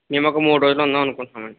మేము ఒక మూడు రోజులు ఉందాం అనుకుంటున్నాము అండి